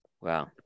Wow